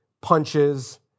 punches